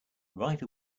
right